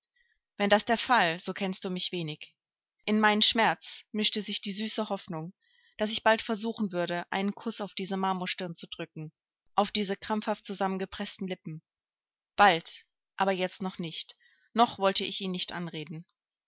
wenn das der fall so kennst du mich wenig in meinen schmerz mischte sich die süße hoffnung daß ich bald versuchen würde einen kuß auf diese marmorstirn zu drücken auf diese krampfhaft zusammengepreßten lippen bald aber jetzt noch nicht noch wollte ich ihn nicht anreden